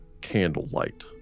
candlelight